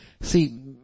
See